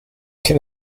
quel